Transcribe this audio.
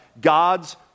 God's